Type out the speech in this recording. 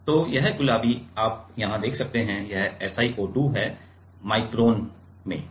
तो यह गुलाबी आप यहाँ देख सकते हैं यह SiO2 है माइक्रोन पर